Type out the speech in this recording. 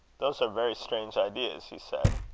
those are very strange ideas, he said.